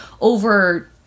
over